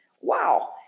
Wow